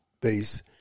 base